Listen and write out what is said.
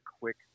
quick